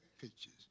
pictures